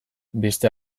beste